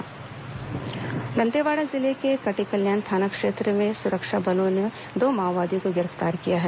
माओवादी गिरफ्तार दंतेवाड़ा जिले के कटेकल्याण थाना क्षेत्र से सुरक्षा बलों ने दो माओवादियों को गिरफ्तार किया है